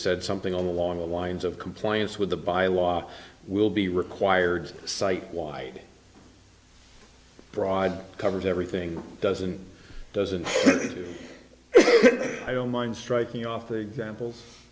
said something along the lines of compliance with the bylaw will be required cite quite broad covers everything doesn't doesn't mean i don't mind striking off the samples